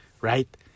Right